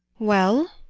well?